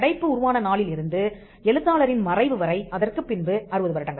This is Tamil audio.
படைப்பு உருவான நாளிலிருந்து எழுத்தாளரின் மறைவு வரை அதற்குப் பின்பு 60 வருடங்கள்